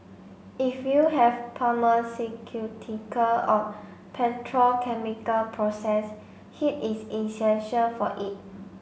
if you have pharmaceutical or petrochemical process heat is essential for it